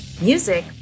music